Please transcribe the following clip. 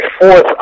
fourth